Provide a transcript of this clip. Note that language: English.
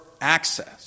access